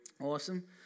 Awesome